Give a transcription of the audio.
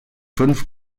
fünf